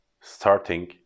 starting